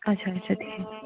آچھا آچھا